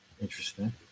Interesting